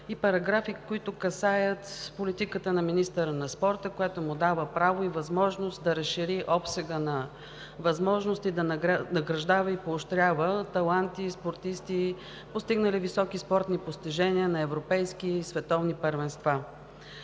и параграфи, които касаят политиката на министъра на спорта, която му дава право и възможност да разшири обсега на възможности за награждаване и поощряване на таланти и спортисти, постигнали високи спортни постижения на европейски и световни първенства.